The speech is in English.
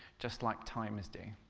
just like timers do.